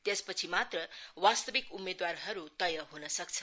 त्यसपछि मात्र वास्ताविक उम्मेदवारहरू तय हुनसक्छ